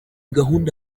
gahunda